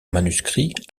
manuscrit